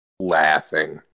Laughing